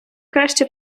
краще